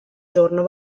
giorno